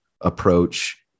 approach